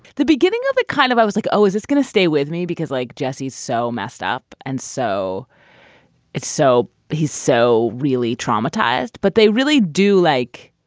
the beginning of it kind of i was like oh is this going to stay with me because like jesse's so messed up. and so it's so he's so really traumatized but they really do like